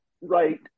right